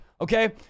Okay